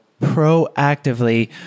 proactively